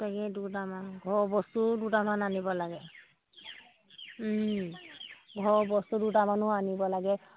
তাকেই দুটামান ঘৰৰ বস্তুও দুটামান আনিব লাগে ঘৰৰ বস্তু দুটামানো আনিব লাগে